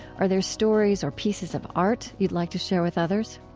are there stories or pieces of art you'd like to share with others?